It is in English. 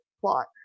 plot